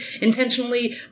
intentionally